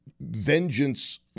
vengeance